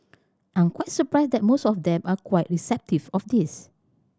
I'm quite surprised that most of them are quite receptive of this